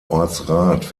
ortsrat